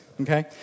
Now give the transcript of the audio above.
okay